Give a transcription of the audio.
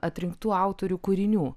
atrinktų autorių kūrinių